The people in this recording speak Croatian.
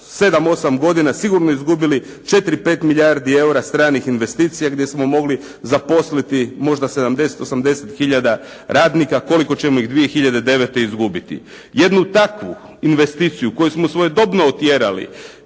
7, 8 godina sigurno izgubili 4, 5 milijardi eura stranih investicija, gdje smo mogli zaposliti možda 70, 80 hiljada radnika, koliko ćemo ih 2009. izgubiti. Jednu takvu investiciju koju smo svojedobno otjerali,